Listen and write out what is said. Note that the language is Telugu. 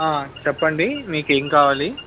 చెప్పండి మీకు ఏమి కావాలి